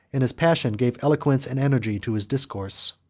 and his passion gave eloquence and energy to his discourse.